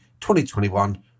2021